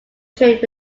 trade